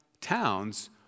towns